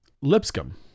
Lipscomb